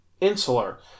insular